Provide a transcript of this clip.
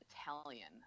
Italian